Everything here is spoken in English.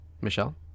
Michelle